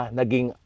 naging